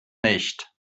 nicht